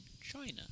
China